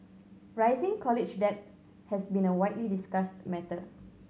rising college debt has been a widely discussed matter